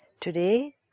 Today